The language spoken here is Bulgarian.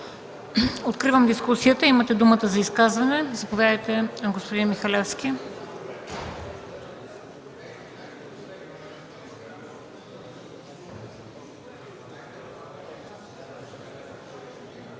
Откривам дискусията. Имате думата за изказване. Заповядайте, господин Михалевски.